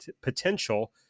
potential